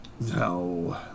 No